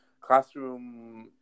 classroom